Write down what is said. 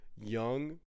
young